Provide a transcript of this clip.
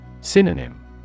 Synonym